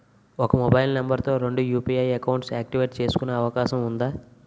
ఒక mobile number తో రెండు యు.పి.ఐ అకౌంట్స్ యాక్టివేట్ చేసుకునే అవకాశం వుందా?